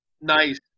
Nice